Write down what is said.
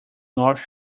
north